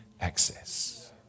access